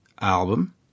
album